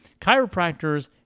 Chiropractors